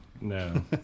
No